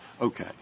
Okay